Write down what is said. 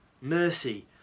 mercy